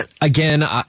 Again